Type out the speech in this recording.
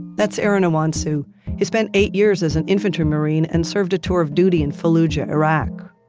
that's aaron iwanciw. so he spent eight years as an infantry marine and served a tour of duty in fallujah, iraq.